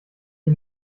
die